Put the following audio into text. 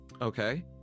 Okay